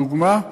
דוגמה: